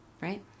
right